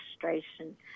frustration